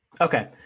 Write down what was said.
Okay